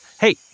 Hey